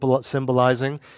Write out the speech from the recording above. symbolizing